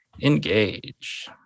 Engage